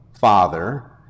Father